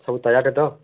ସବୁ ତୟାର ତ